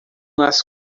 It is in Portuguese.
nas